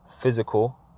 physical